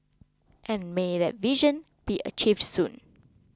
and may that vision be achieved soon